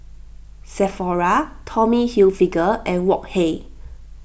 Sephora Tommy Hilfiger and Wok Hey